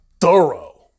thorough